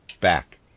back